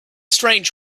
strange